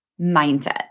mindset